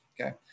okay